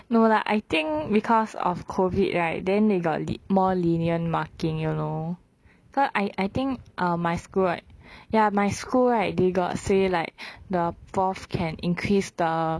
no lah I think because of COVID right then they got le more lenient marking you know cause I I think err my school right ya my school right they got say like the prof can increase the